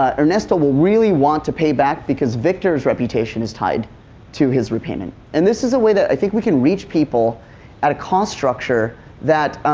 ah ernesto will really want to pay back because victoris reputation is tied to his repayment. and this is a way that i think we can reach people at a call structure that,